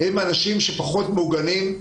הם אנשים פחות מוגנים,